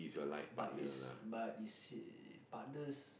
but is but is partners